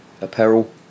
apparel